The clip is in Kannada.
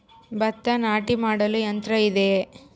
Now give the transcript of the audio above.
ಭತ್ತ ನಾಟಿ ಮಾಡಲು ಯಂತ್ರ ಇದೆಯೇ?